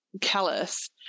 callous